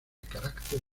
carácter